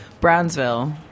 Brownsville